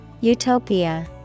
Utopia